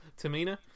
Tamina